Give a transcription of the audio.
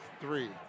three